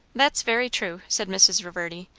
that's very true, said mrs. reverdy,